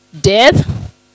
death